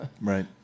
Right